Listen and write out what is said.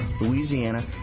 Louisiana